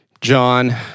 John